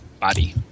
body